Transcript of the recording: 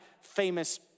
famous